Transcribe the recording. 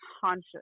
conscious